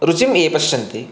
रुचिं ये पश्यन्ति